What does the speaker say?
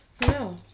No